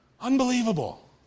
Unbelievable